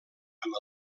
amb